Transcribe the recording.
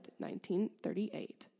1938